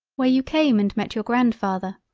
where you came and met your grandfather.